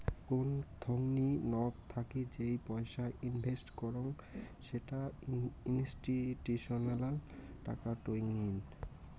কোন থোংনি নক থাকি যেই পয়সা ইনভেস্ট করং সেটা ইনস্টিটিউশনাল টাকা টঙ্নি